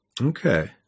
Okay